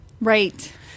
Right